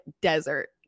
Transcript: desert